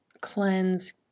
Cleanse